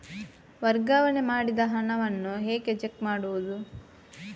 ವರ್ಗಾವಣೆ ಮಾಡಿದ ಹಣವನ್ನು ಹೇಗೆ ಚೆಕ್ ಮಾಡುವುದು?